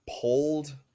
pulled